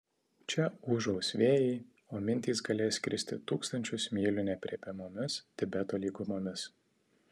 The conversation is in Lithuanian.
čia ūžaus vėjai o mintys galės skristi tūkstančius mylių neaprėpiamomis tibeto lygumomis